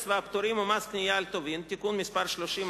והפטורים ומס קנייה על טובין (תיקון מס' 30),